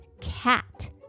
cat